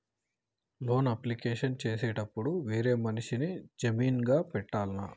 Loan application చేసేటప్పుడు వేరే మనిషిని జామీన్ గా పెట్టాల్నా?